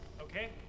Okay